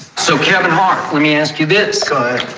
so kevin mark, let me ask you this good,